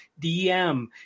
DM